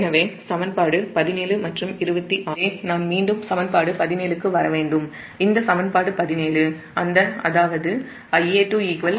எனவே சமன்பாடு 17 மற்றும் 26 மீண்டும் நான் சமன்பாடு 17 க்கு வர வேண்டும் அதாவது Ia2 Ia1 இந்த சமன்பாடு 17